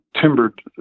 timbered